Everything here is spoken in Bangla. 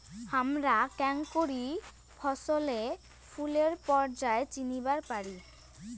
হামরা কেঙকরি ফছলে ফুলের পর্যায় চিনিবার পারি?